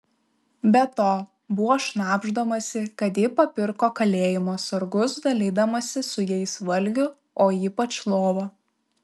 be to buvo šnabždamasi kad ji papirko kalėjimo sargus dalydamasi su jais valgiu o ypač lova